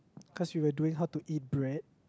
cause we were doing how to eat bread